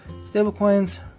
stablecoins